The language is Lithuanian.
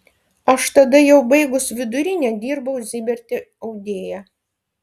aš tada jau baigus vidurinę dirbau ziberte audėja